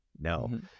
No